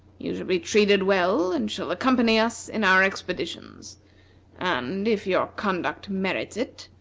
you shall be treated well, and shall accompany us in our expeditions and if your conduct merits it,